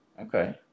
Okay